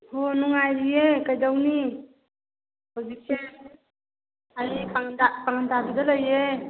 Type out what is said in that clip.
ꯍꯣ ꯅꯨꯉꯥꯏꯔꯤꯌꯦ ꯀꯩꯗꯧꯅꯤ ꯍꯧꯖꯤꯛꯁꯦ ꯑꯩ ꯄꯥꯡꯒꯟꯇꯥꯕꯤꯗ ꯂꯩꯌꯦ